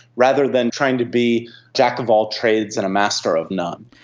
rather than trying to be jack of all trades and a master of none.